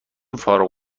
فارغ